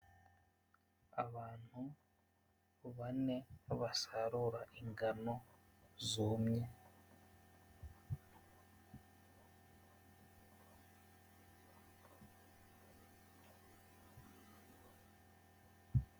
Abantu bane basarura ingano zumye.